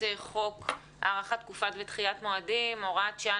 חוק הארכת תקופות ודחיית מועדים (הוראת שעה,